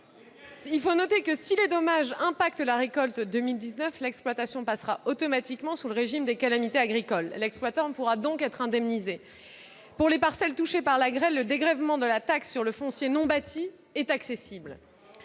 Il faut noter que, si les dommages impactent la récolte 2019, l'exploitation passera automatiquement sous le régime des calamités agricoles, et l'exploitant pourra donc être indemnisé. Pour les parcelles touchées par la grêle, le dégrèvement de la taxe sur le foncier non bâti est accessible.